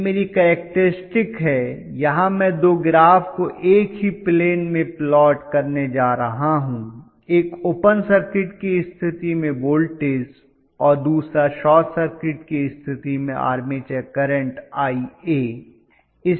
यह मेरी केरक्टरिस्टिक है यहां मैं दो ग्राफ को एक ही प्लेन में प्लॉट करने जा रहा हूं एक ओपन सर्किट की स्थिति में वोल्टेज और दूसरा शॉर्ट सर्किट की स्थिति में आर्मेचर करंट Ia